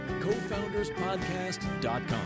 cofounderspodcast.com